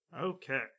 Okay